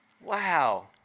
Wow